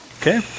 Okay